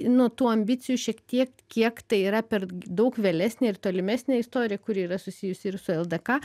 nu tų ambicijų šiek tiek kiek tai yra per daug vėlesnė ir tolimesnė istorija kuri yra susijusi ir su ldk